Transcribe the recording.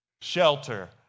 shelter